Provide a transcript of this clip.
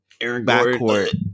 backcourt